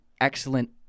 excellent